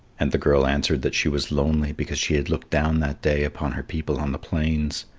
and the girl answered that she was lonely because she had looked down that day upon her people on the plains.